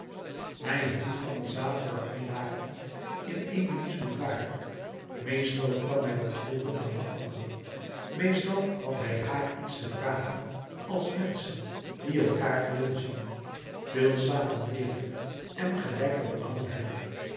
hij hield van die zaterdagmiddagen in emilie's boudoir meestal kwam hij wat vroeger dan de anderen meestal had hij haar iets te vragen als menschen die elkaâr veel zien veel samen leven en gelijke belangen hebben